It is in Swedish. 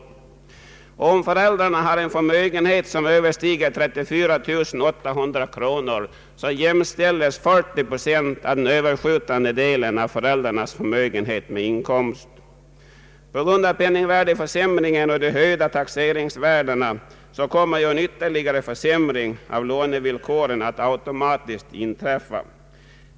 Om föräldrarna har en förmögenhet som överstiger 34 800 kronor, jämställes 40 procent av den Ööverskjutande delen av föräldrarnas förmögenhet med inkomst. På grund av penningvärdeförsämringen och de höjda taxeringsvärdena kommer en ytterligare försämring av lånevillkoren att automatiskt inträffa.